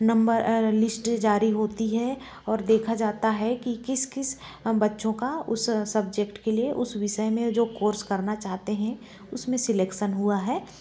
number list जारी होती है और देखा जाता है कि किस किस बच्चों का उस सब्जेक्ट के लिए उस विषय में जो कोर्स करना चाहते हैं उसमें सिलेक्शन हुआ है